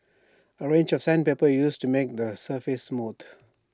A range of sandpaper is used to make the surface smooth